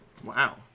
Wow